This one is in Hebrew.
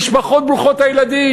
המשפחות ברוכות הילדים,